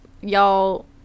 y'all